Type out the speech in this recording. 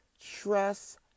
Trust